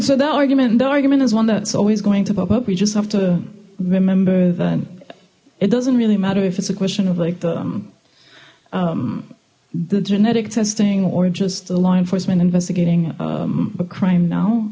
so that argument the argument is one that's always going to pop up we just have to remember that it doesn't really matter if it's a question of like the the genetic testing or just the law enforcement investigating a crime now